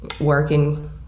working